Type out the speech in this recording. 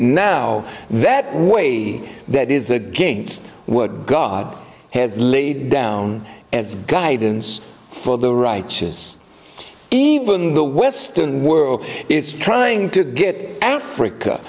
now that way that is against what god has laid down as guidance for the righteous even the western world is trying to get africa